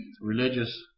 religious